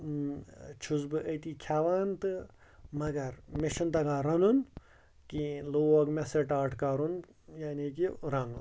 تہٕ چھُس بہٕ أتی کھٮ۪وان تہٕ مگر مےٚ چھُنہٕ تگان رَنُن کِہیٖنۍ لوگ مےٚ سِٹاٹ کَرُن یعنے کہِ رَنُن